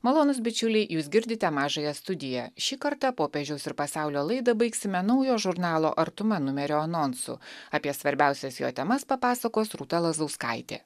malonūs bičiuliai jūs girdite mažąją studiją šį kartą popiežiaus ir pasaulio laidą baigsime naujo žurnalo artuma numerio anonsu apie svarbiausias jo temas papasakos rūta lazauskaitė